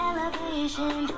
Elevation